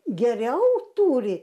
geriau turi